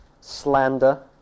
slander